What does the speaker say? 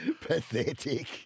Pathetic